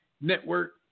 network